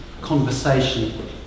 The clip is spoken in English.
conversation